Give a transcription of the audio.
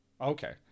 okay